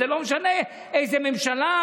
זה לא משנה איזו ממשלה,